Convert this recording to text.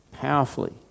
powerfully